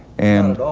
and